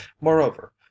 Moreover